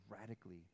radically